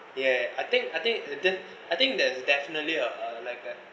ya I think I think then I think there's definitely a like that